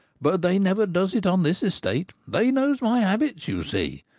but they never does it on this estate they knows my habits, you see.